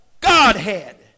Godhead